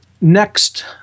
next